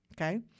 okay